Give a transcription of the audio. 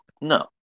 No